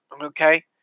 okay